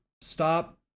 stop